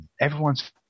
everyone's